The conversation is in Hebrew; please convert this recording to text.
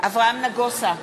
אברהם נגוסה,